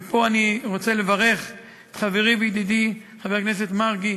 ופה אני רוצה לברך את חברי וידידי חבר הכנסת מרגי,